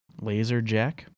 Laserjack